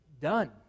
done